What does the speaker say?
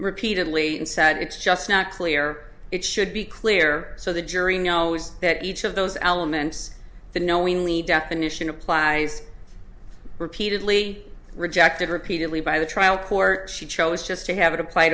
repeatedly and said it's just not clear it should be clear so the jury knows that each of those elements the knowingly definition applies repeatedly rejected repeatedly by the trial court she chose just to have it apply